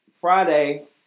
Friday